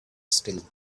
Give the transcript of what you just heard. still